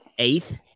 eighth